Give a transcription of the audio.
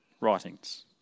writings